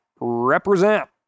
represent